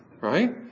right